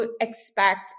expect